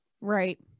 Right